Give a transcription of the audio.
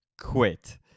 quit